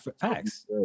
facts